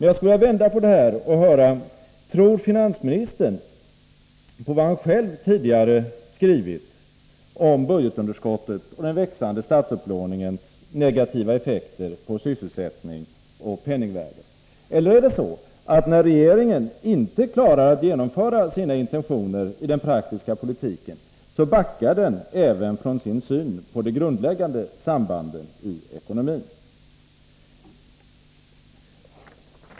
Jag skulle vilja vända på steken och höra efter om finansministern tror på vad han själv tidigare skrivit om budgetunderskottens och den växande statsupplåningens negativa effekter på sysselsättning och penningvärde. Eller backar regeringen när den inte klarar av att genomföra sina intentioner i den praktiska politiken även från sin syn på de grundläggande sambanden i ekonomin?